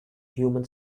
human